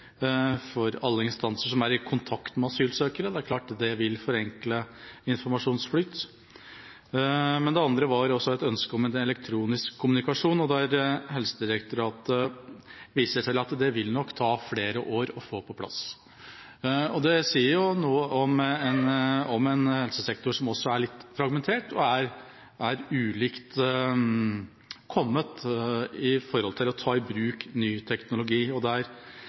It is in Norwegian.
for alle instanser som er i kontakt med asylsøkere. Det er klart at det vil forenkle informasjonsflyten. I tillegg var det et ønske om elektronisk kommunikasjon, der Helsedirektoratet viser til at det nok vil ta flere år å få på plass. Dette sier noe om en helsesektor som er litt fragmentert, og som i ulik grad har tatt i bruk ny teknologi, og der